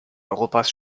europas